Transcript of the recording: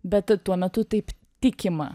bet tuo metu taip tikima